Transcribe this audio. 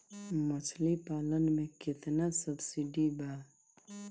मछली पालन मे केतना सबसिडी बा?